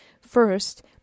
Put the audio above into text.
first